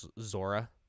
Zora